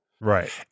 Right